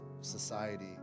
society